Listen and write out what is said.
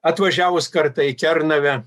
atvažiavus kartą į kernavę